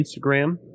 Instagram